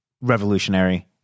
revolutionary